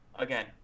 Again